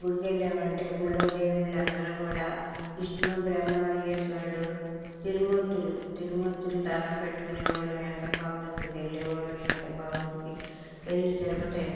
గుడికి వెళ్ళాము అంటే గుడిలో దేవుళ్ళు అందరూ కూడా విష్ణు బ్రహ్మ ఈశ్వరుడు తిరుమూర్తులు తిరుమూర్తులు దణ్ణం పెట్టుకునేవాళ్ళము వెంకట్ బాబు దగ్గరికి వెళ్ళేవాళ్ళము వెంకట్ బాబు గుడికి వెళ్ళి తిరుపతి